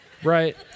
right